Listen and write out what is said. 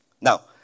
Now